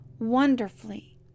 wonderfully